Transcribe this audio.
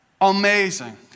amazing